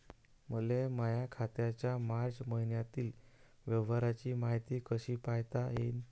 मले माया खात्याच्या मार्च मईन्यातील व्यवहाराची मायती कशी पायता येईन?